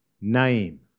name